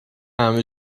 همه